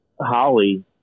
Holly